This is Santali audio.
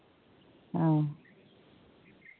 ᱦᱩᱸ